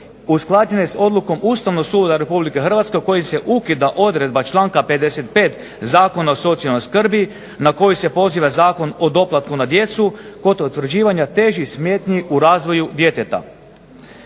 usklađene sa odlukom Ustavnog suda Republike Hrvatske kojim se ukida odredba članka 55. Zakona o socijalnoj skrbi na koju se poziva Zakon o doplatku na djecu kod utvrđivanja težih smetnji u razvoju djeteta.